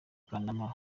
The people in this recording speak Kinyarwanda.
kanama